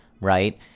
right